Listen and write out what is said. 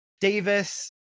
Davis